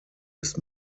ist